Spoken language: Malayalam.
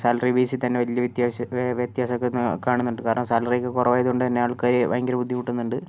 സാലറി ബേസിൽത്തന്നെ വലിയ വ്യത്യാസം വ്യത്യാസമൊക്കെ കാണുന്നുണ്ട് കാരണം സാലറിയൊക്കെ കുറവായതുകൊണ്ടു തന്നെ ആൾക്കാര് ഭയങ്കര ബുദ്ധിമുട്ടുന്നുണ്ട്